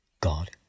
God